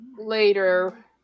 later